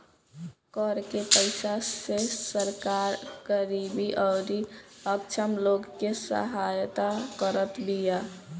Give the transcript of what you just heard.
कर के पईसा से सरकार गरीबी अउरी अक्षम लोग के सहायता करत बिया